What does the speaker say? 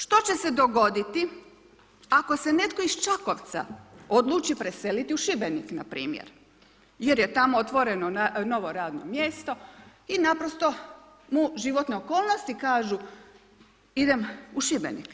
Što će se dogoditi ako se netko iz Čakovca odluči preseliti u Šibenik npr. jer je tamo otvoreno novo radno mjesto i naprosto mu životne okolnosti kažu idem u Šibenik.